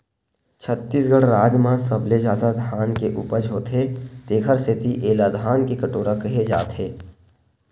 छत्तीसगढ़ राज म सबले जादा धान के उपज होथे तेखर सेती एला धान के कटोरा केहे जाथे